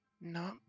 No